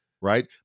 right